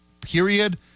period